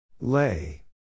Lay